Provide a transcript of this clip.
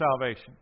salvation